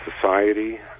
society